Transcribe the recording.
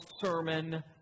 sermon